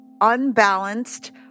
unbalanced